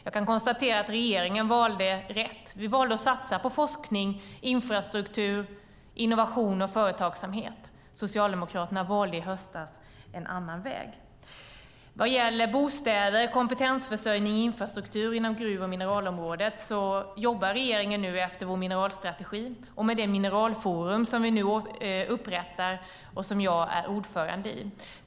Jag kan konstatera att regeringen valde rätt. Vi valde att satsa på forskning, infrastruktur, innovation och företagsamhet. Socialdemokraterna valde i höstas en annan väg. Vad gäller bostäder, kompetensförsörjning och infrastruktur inom gruv och mineralområdet jobbar vi i regeringen nu efter vår mineralstrategi och med det mineralforum som vi nu upprättar och som jag är ordförande i.